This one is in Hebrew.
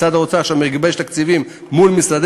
משרד האוצר מגבש עכשיו תקציבים מול משרדי